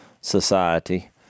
society